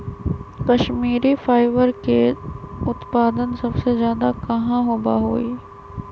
Kashmiri fibre के उत्पादन सबसे ज्यादा कहाँ होबा हई?